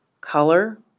color